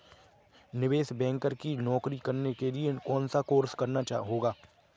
निवेश बैंकर की नौकरी करने के लिए कौनसा कोर्स करना होगा?